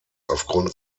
aufgrund